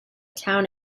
town